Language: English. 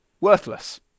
worthless